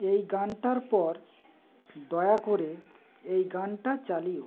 এই গানটার পর দয়া করে এই গানটা চালিও